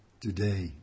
today